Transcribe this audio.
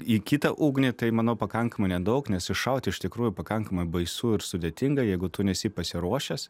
į kitą ugnį tai manau pakankamai nedaug nes iššaut iš tikrųjų pakankamai baisu ir sudėtinga jeigu tu nesi pasiruošęs